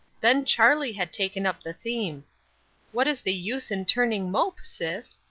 then charlie had taken up the theme what is the use in turning mope, sis?